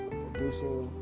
producing